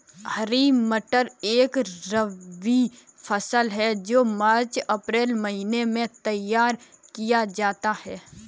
हरी मटर एक रबी फसल है जो मार्च अप्रैल महिने में तैयार किया जाता है